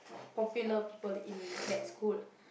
popular people in that school